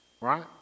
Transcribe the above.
right